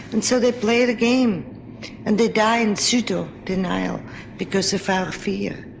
and so they play the game and they die in pseudo denial because of our fear.